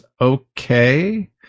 okay